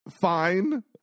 fine